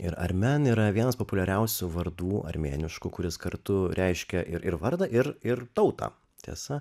ir armen yra vienas populiariausių vardų armėniškų kuris kartu reiškia ir vardą ir ir tautą tiesa